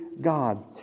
God